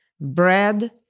bread